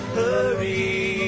hurry